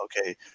okay